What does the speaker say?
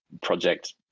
project